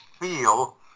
feel